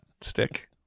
stick